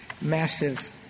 massive